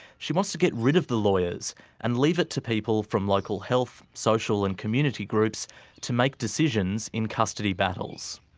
she wants to get rid of the lawyers and leave it to people from local health, social and community groups to make decisions in custody battles.